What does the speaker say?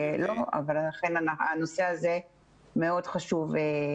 הנושא הזה מאוד חשוב,